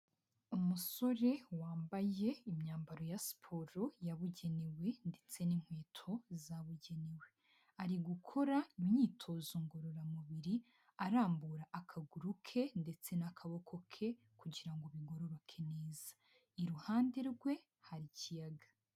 Umusore wambaye imyambaro ya siporo yabugenewe ndetse n'inkweto zabugenewe, ari gukora imyitozo ngororamubiri arambura akaguru ke ndetse n'akaboko ke, kugira ngo bigororoke neza, iruhande rwe hari ikiyaga.